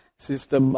Sister